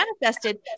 manifested